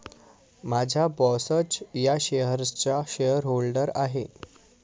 माझा बॉसच या शेअर्सचा शेअरहोल्डर आहे